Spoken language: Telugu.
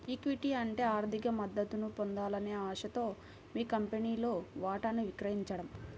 ఈక్విటీ అంటే ఆర్థిక మద్దతును పొందాలనే ఆశతో మీ కంపెనీలో వాటాను విక్రయించడం